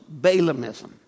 Balaamism